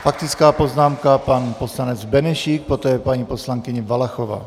Faktická poznámka, pan poslanec Benešík, poté paní poslankyně Valachová.